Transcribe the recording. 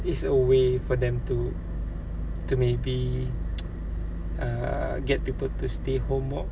it's a way for them to to maybe err get people to stay home more